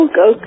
go